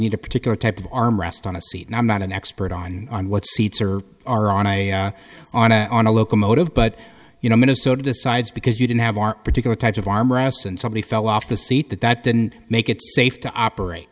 need a particular type of arm rest on a seat and i'm not an expert on what seats are are on a on a on a locomotive but you know minnesota decides because you didn't have our particular types of armrests and somebody fell off the seat that that didn't make it safe to operate